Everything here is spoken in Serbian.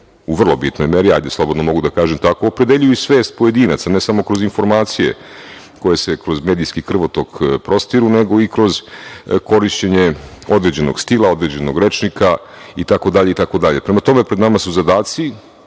u vrlo bitnoj meri, hajde, slobodno mogu da kažem tako, opredeljuju i svest pojedinaca, ne samo kroz informacije koje se kroz medijski krvotok prostiru, nego i kroz korišćenje određenog stila, određenog rečnika, itd. Prema tome, pred nama su zadaci,